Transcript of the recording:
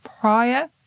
prior